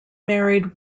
married